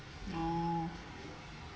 oh